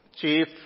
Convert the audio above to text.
chief